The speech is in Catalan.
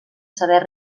saber